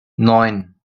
neun